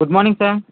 good morning sir